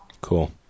Cool